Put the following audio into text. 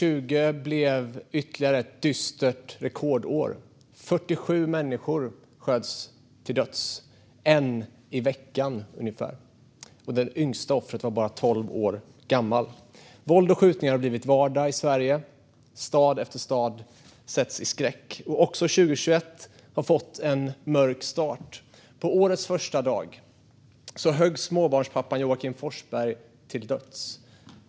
Fru talman! År 2020 blev ytterligare ett dystert rekordår. 47 människor sköts till döds, ungefär en i veckan. Och det yngsta offret var bara tolv år gammal. Våld och skjutningar har blivit vardag i Sverige. Stad efter stad sätts i skräck. Också 2021 har fått en mörk start. På årets andra dag höggs småbarnspappan Joakim Forsberg till döds.